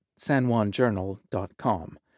sanjuanjournal.com